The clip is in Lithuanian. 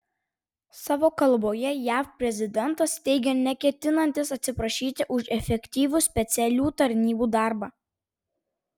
savo kalboje jav prezidentas teigė neketinantis atsiprašyti už efektyvų specialių tarnybų darbą